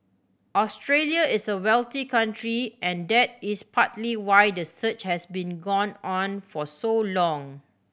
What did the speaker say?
Australia is a wealthy country and that is partly why the search has been gone on for so long